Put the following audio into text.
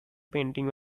painting